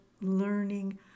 learning